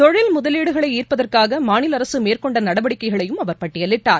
தொழில் முதலீடுகளை ஈா்ப்பதற்காக மாநில அரசு மேற்கொண்ட நடவடிக்கைகளையும் அவர் பட்டயலிட்டார்